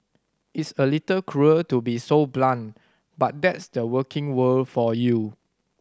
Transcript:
it's a little cruel to be so blunt but that's the working world for you